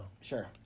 sure